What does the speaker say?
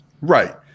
Right